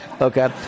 okay